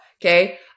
Okay